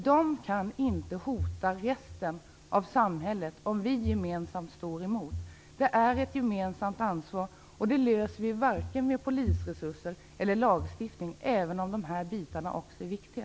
De kan inte hota resten av samhället om vi gemensamt står emot. Vi har ett gemensamt ansvar. Vi löser varken detta med polisresurser eller med lagstiftning, även om de bitarna också är viktiga.